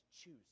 choose